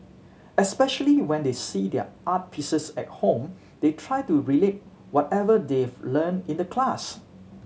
especially when they see their art pieces at home they try to relate whatever they've learn in the class